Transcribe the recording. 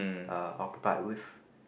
uh occupied with